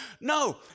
no